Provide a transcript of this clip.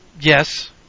Yes